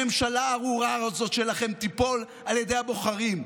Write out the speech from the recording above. הממשלה הארורה הזאת שלכם תיפול על ידי הבוחרים,